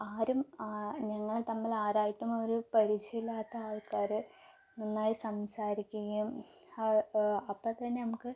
ആരും ആ ഞങ്ങൾ തമ്മിൽ ആരായിട്ടും ഒരു പരിചയം ഇല്ലാത്ത ആൾക്കാർ നന്നായി സംസാരിക്കുകയും അപ്പം തന്നെ നമുക്ക്